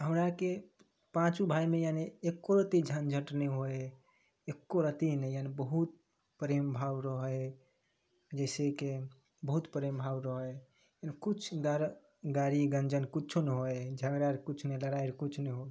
हमरा आरके पाँचो भाइमे यानी एक्कोरत्ती झँझटि नहि होइ हइ एक्कोरत्ती नहि यानी बहुत प्रेमभाव रहै हइ जइसेकि बहुत प्रेमभाव रहै किछु दर गारि गञ्जन किछु नहि होइ हइ झगड़ा आर किछु नहि लड़ाइ आर किछु नहि